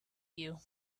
you